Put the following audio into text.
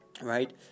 right